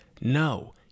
No